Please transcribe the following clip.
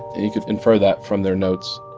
you could infer that from their notes